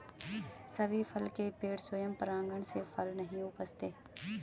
सभी फल के पेड़ स्वयं परागण से फल नहीं उपजाते